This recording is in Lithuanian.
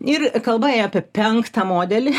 ir kalba ėjo apie penktą modelį